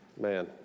Man